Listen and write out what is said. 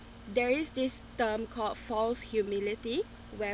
there is this term called false humility where